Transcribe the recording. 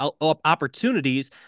opportunities